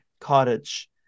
cottage